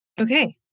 Okay